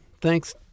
thanks